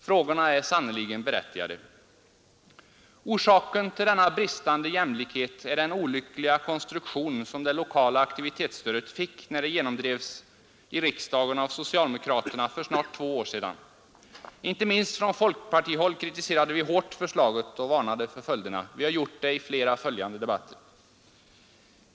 Frågorna är sannerligen berättigade. Orsaken till denna bristande jämlikhet är den olyckliga konstruktion som det lokala aktivitetsstödet fick när det genomdrevs i riksdagen av socialdemokraterna för snart två år sedan. Inte minst från folkpartihåll kritiserade vi hårt förslaget och varnade för följderna, och vi har gjort det i flera senare debatter.